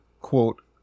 quote